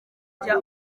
rya